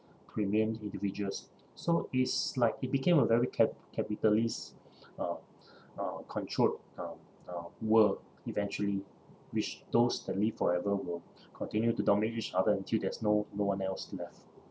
premium individuals so it's like it became a very cap~ capitalists uh uh controlled uh uh world eventually which those that live forever will continue to dominate each other until there's no no one else left